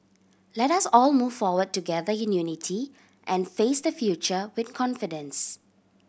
let us all move forward together in unity and face the future with confidence